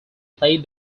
played